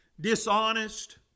dishonest